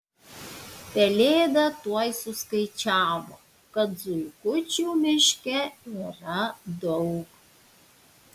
pelėda tuoj suskaičiavo kad zuikučių miške yra daug